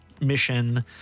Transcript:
mission